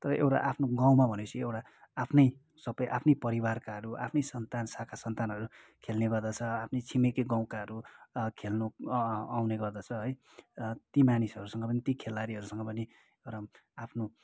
तर एउटा आफ्नो गाउँमा भनेपछि एउटा आफ्नै सबै आफ्नै परिवारकाहरू आफ्नै सन्तानहरू शाखा सन्तानहरू खेल्ने गर्दछ आफ्नै छिमेकी गाउँकाहरू खेल्नु आउने गर्दछ है ती मानिसहरूसँग पनि ती खेलाडीहरूसँग पनि र आफ्नो